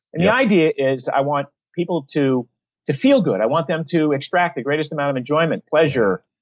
and the idea is i want people to to feel good. i want them to extract the greatest amount of enjoyment, pleasure,